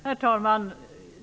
Herr talman!